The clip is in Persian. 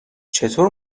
چطور